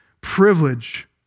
privilege